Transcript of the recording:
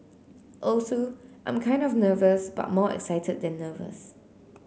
also I'm kind of nervous but more excited than nervous